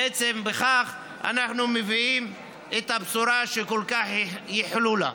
בכך אנחנו מביאים את הבשורה שכל כך ייחלו לה.